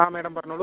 ആ മേഡം പറഞ്ഞോളൂ